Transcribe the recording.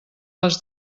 les